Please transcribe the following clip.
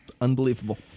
Unbelievable